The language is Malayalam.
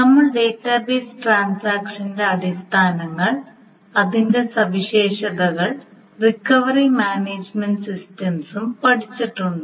നമ്മൾ ഡാറ്റാബേസ് ട്രാൻസാക്ഷന്റെ അടിസ്ഥാനങ്ങൾ അതിന്റെ സവിശേഷതകൾ റിക്കവറി മാനേജുമെന്റ് സിസ്റ്റംസും പഠിച്ചിട്ടുണ്ട്